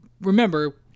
remember